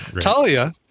Talia